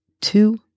two